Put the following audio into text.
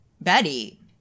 Betty